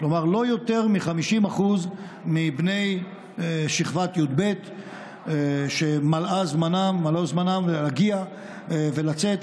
כלומר לא יותר מ-50% מבני שכבת י"ב שמלא זמנם להגיע ולצאת,